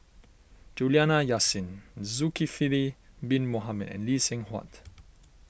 Juliana Yasin Zulkifli Bin Mohamed and Lee Seng Huat